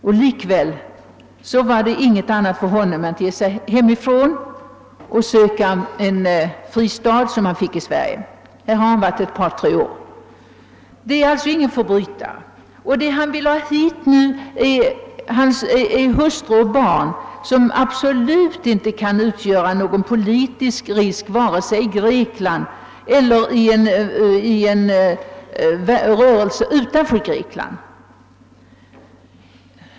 Men lika väl fanns det ingenting annat för honom att göra än att resa ut och söka den fristad som han sedan fick här i Sverige. Han har nu varit här ett par tre år. Denne man är alltså ingen förbrytare. Vad han nu vill är att få ta hit hustru och barn, vilka absolut inte kan utgöra någon politisk risk för vare sig Grekland eller för någon rörelse utanför Grekland.